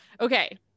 Okay